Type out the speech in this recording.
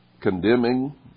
condemning